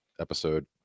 episode